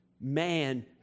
man